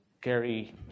Gary